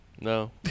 No